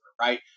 right